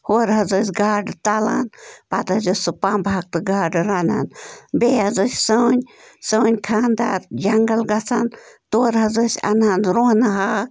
ہورٕ حظ ٲسۍ گاڈٕ تَلان پتہٕ حظ ٲسۍ سُہ پمبہٕ ہاکھ تہٕ گاڈٕ رَنان بیٚیہِ حظ ٲسۍ سٲنۍ سٲنۍ خانٛدار جنگل گَژھان تورٕ حظ ٲسۍ اَنہٕ ہن رۄہنہٕ ہاکھ